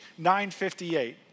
958